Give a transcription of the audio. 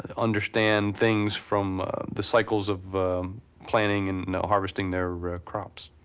and understand things from the cycles of planting and harvesting their crops.